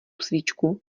svíčku